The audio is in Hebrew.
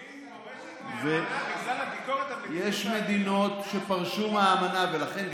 פולין פורשת מהאמנה בגלל הביקורת על מדיניות ההגירה.